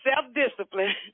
self-discipline